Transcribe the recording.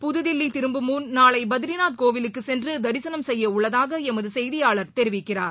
புதுதில்லி திரும்பும் முன் நாளை பத்ரிநாத் கோவிலுக்கு சென்று தரிசனம் செய்ய உள்ளதாக எமது செய்தியாளர் தெரிவிக்கிறார்